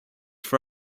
for